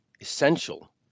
essential